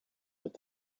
with